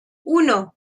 uno